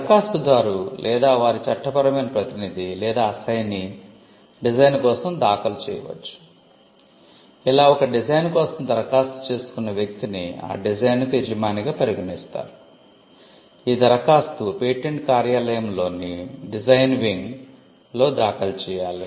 దరఖాస్తుదారు లేదా వారి చట్టపరమైన ప్రతినిధి లేదా అస్సైనీ లో దాఖలు చేయాలి